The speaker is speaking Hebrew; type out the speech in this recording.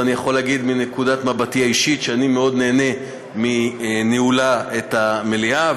ואני יכול להגיד מנקודת מבטי האישית שאני נהנה מאוד מניהולה את המליאה.